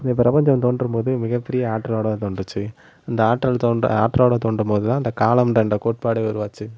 இந்த பிரபஞ்சம் தோன்றும் போது மிகப் பெரிய ஆற்றலோடு தான் தோன்றுச்சு இந்த ஆற்றல் தோன்ற இந்த ஆற்றலோடு தோன்றும் போது தான் இந்த காலம்ன்ற இந்த கோட்பாடே உருவாச்சு